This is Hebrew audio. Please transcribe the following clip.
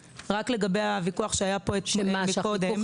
<< יור >> פנינה תמנו (יו"ר הוועדה לקידום מעמד האישה